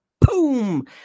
boom